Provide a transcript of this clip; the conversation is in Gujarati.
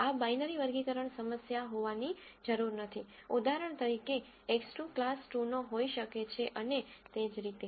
આ બાઈનરી વર્ગીકરણ સમસ્યા હોવાની જરૂર નથી ઉદાહરણ તરીકે X2 ક્લાસ 2 નો હોઈ શકે અને તે જ રીતે